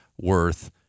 worth